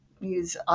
use